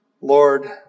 Lord